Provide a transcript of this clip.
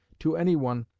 to any one,